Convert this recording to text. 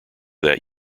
that